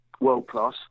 world-class